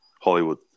Hollywood